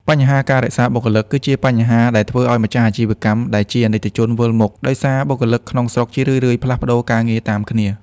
បញ្ហា "ការរក្សាបុគ្គលិក"គឺជាបញ្ហាដែលធ្វើឱ្យម្ចាស់អាជីវកម្ម ដែលជាអាណិកជនវិលមុខ ដោយសារបុគ្គលិកក្នុងស្រុកជារឿយៗផ្លាស់ប្តូរការងារតាមគ្នា។